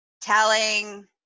telling